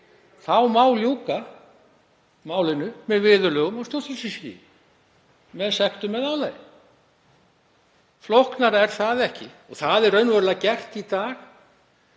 má ljúka málinu með viðurlögum á stjórnsýslustigi með sektum eða álagi. Flóknara er það ekki. Það er raunverulega gert í dag